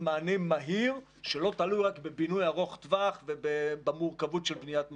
מענה מהיר שלא תלוי רק בפינוי ארוך טווח ובמורכבות של בניית ממ"ד.